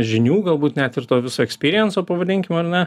žinių galbūt net ir to viso ekspyrijenso pavadinkim ar ne